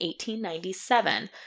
1897